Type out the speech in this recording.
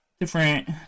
different